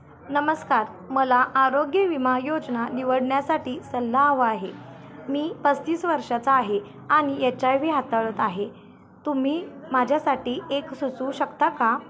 नमस्कार मला आरोग्य विमा योजना निवडण्यासाठी सल्ला हवा आहे मी पस्तीस वर्षाचा आहे आणि एच आय वी हाताळत आहे तुम्ही माझ्यासाठी एक सुचवू शकता का